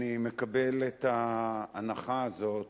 אני מקבל את ההנחה הזאת,